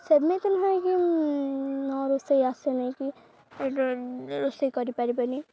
ସେମିତି ନୁହେଁ କି ନ ରୋଷେଇ ଆସେନକି ରୋଷେଇ କରିପାରିବନି